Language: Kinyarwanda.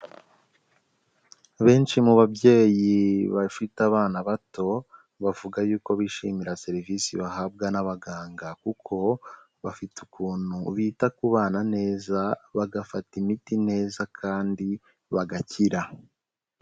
Benshi mu babyeyi bafite abana bato bavuga yuko bishimira serivisi bahabwa n'abaganga kuko bafite ukuntu bita ku bana neza bagafata imiti neza kandi bagakira.